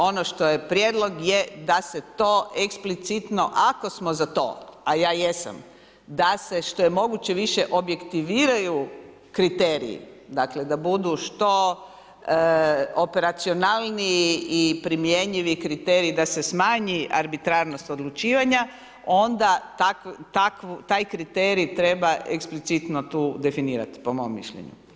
Ono što je prijedlog je da se to eksplicitno ako smo za to, a ja jesam, da se što je moguće više objektiviraju kriteriji, dakle da budu što operacionalniji i primjenjivi kriteriji, da se smanji arbitrarnost odlučivanja, onda taj kriterij treba eksplicitno tu definirati po mom mišljenju.